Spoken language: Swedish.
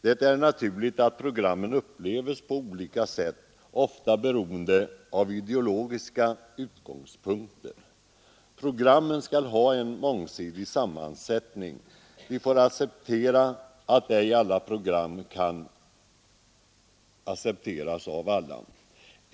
Det är naturligt att program upplevs på skilda sätt, ofta beroende på ideologiska utgångspunkter. Programmen skall ha en mångsidig sammansättning. Vi får godta att alla program ej kan accepteras av alla.